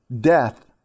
death